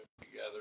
together